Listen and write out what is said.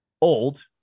old